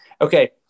Okay